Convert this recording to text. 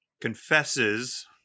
Confesses